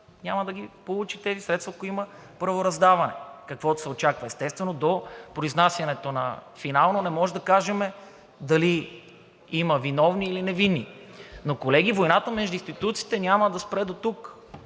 няма да ги получи тези средства, ако има правораздаване, каквото се очаква. Естествено, до произнасянето на финала не можем да кажем дали има виновни, или невинни. Но, колеги, войната между институциите няма да спре дотук.